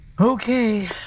Okay